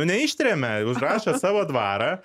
neištrėmė užrašė savo dvarą